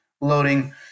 loading